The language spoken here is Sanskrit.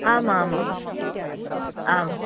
आमामाम् आम्